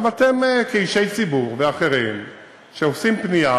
גם אתם כאישי ציבור ואחרים שעושים פנייה,